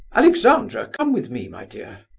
alexandra, come with me, my dear.